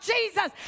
Jesus